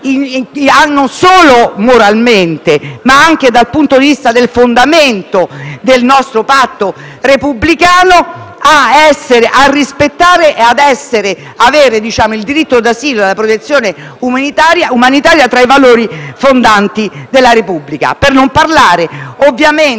non solo moralmente, ma anche dal punto di vista del fondamento del nostro patto repubblicano, a rispettare e ad avere il diritto d'asilo e la protezione umanitaria tra i valori fondanti della Repubblica, per non parlare di tutte